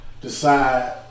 Decide